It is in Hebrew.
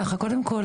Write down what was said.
קודם כול,